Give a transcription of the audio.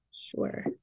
Sure